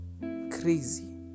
Crazy